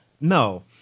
No